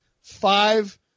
five